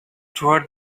toward